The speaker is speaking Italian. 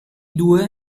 due